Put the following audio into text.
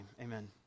Amen